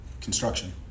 construction